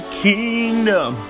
kingdom